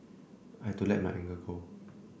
I had to let my anger go